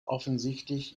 offensichtlich